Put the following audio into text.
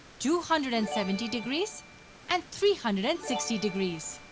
two hundred and seventy degrees and three hundred and sixty degrees.